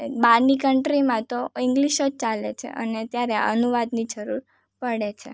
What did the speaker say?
બહારની કન્ટ્રીમાં તો ઇંગ્લિશ જ ચાલે છે અને ત્યારે આ અનુવાદની જરૂર પડે છે